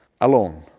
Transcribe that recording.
alone